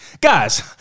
guys